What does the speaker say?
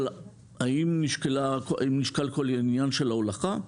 אבל האם נשקל כל העניין של ההולכה?